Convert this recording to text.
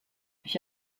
ich